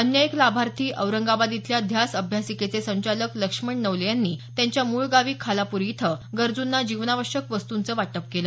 अन्य एक लाभार्थी औरंगाबाद इथल्या ध्यास अभ्यासिकेचे संचालक लक्ष्मण नवले यांनी त्यांच्या मूळ गावी खालाप्री इथं गरजूंना जीवनावश्यक वस्तूंचं वाटप केलं